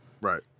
Right